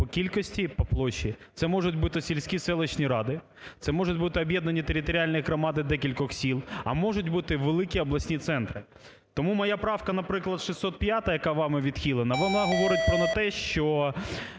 по кількості і по площі. Це можуть бути сільські, селищні ради, це можуть бути об'єднані територіальні громади декількох сіл, а можуть бути великі обласні центри. Тому моя правка, наприклад, 605-а? яка вами відхилена, вона говорить про те, що